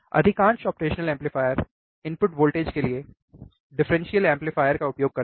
अधिकांश operational amplifier input voltage के लिए डिफरेंशियल एम्पलीफायर का उपयोग करते हैं